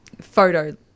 photo